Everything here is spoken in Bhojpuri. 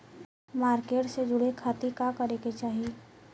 मार्केट से जुड़े खाती का करे के चाही?